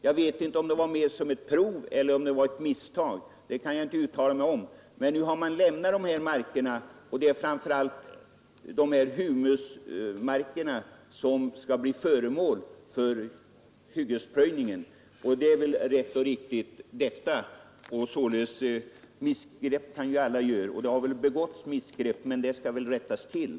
Jag vet inte om den plöjningen gjordes som prov eller om det var ett missgrepp, men nu har man lämnat dessa marker, Framför allt är det tjocka humusmarker som skall bli föremål för hyggesplöjning, och det är nog rätt och riktigt. Missgrepp kan alla göra, och det har gjorts missgrepp, men de skall väl kunna rättas till.